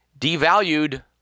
devalued